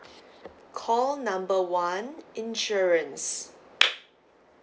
call number one insurance